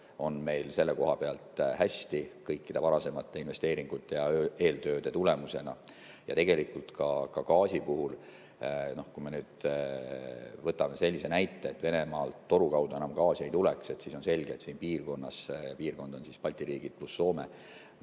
on meil selle koha pealt hästi, kõikide varasemate investeeringute ja eeltööde tulemusena, ja tegelikult ka gaasiga. Võtame sellise näite: kui Venemaalt toru kaudu enam gaasi ei tule, siis on selge, et siin piirkonnas – piirkond on Balti riigid pluss Soome